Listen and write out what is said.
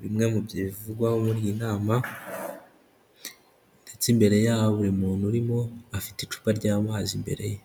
bimwe mu bivugwaho muri iyi nama, ndetse imbere ya buri muntu urimo, afite icupa ry'amazi imbere ye.